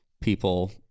people